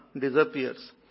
disappears